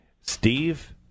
Steve